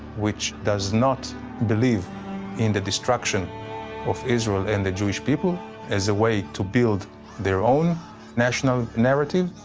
which does not believe in the destruction of israel and the jewish people as a way to build their own national narrative,